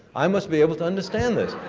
i must be able to understand this.